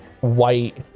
white